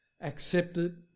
accepted